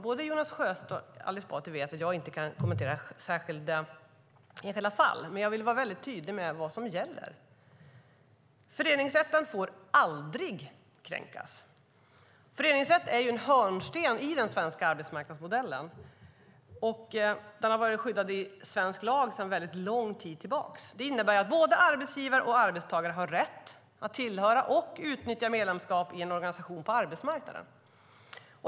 Både Jonas Sjöstedt och Ali Esbati vet att jag inte kan kommentera enskilda fall. Men jag vill vara mycket tydlig med vad som gäller. Föreningsrätten får aldrig kränkas. Föreningsrätten är en hörnsten i den svenska arbetsmarknadsmodellen. Den har varit skyddad i svensk lag sedan lång tid tillbaka. Den innebär att både arbetsgivare och arbetstagare har rätt att tillhöra och utnyttja medlemskap i en organisation på arbetsmarknaden.